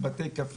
קראתי את